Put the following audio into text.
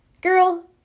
Girl